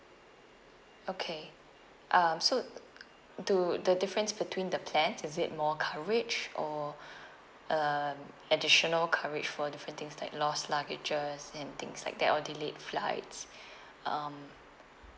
okay um so do the difference between the plans is it more coverage or um additional coverage for different things like lost luggages and things like that or delayed flights um